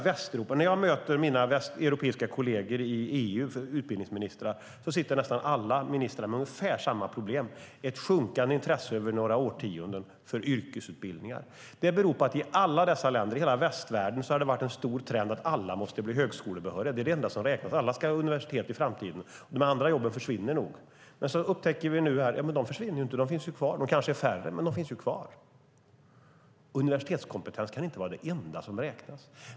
När jag möter mina europeiska kolleger, utbildningsministrarna i EU, sitter nästan alla med ungefär samma problem - ett sjunkande intresse för yrkesutbildningar under några årtionden. Det beror på att i alla dessa länder, i hela västvärlden, har en stark trend varit att alla måste bli högskolebehöriga. Det är det enda som räknas. Alla ska gå på universitet i framtiden, de andra jobben försvinner nog. Men nu upptäcker vi att de inte försvinner, att de finns kvar. De kanske är färre, men de finns kvar. Universitetskompetens kan inte vara det enda som räknas.